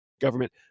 government